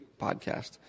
podcast